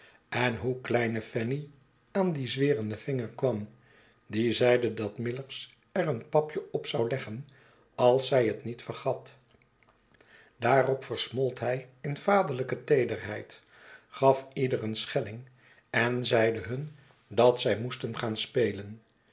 en hoe kleine fanny aan dien zwerenden vinger kwam die zeide dat millers er een papje op zou leggen als zij het niet vergat daarop versmolt hij in vaderlijke teederheid gaf ieder een schelling en zeide hun dat zij moesten gaan spelen